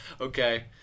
Okay